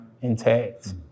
intact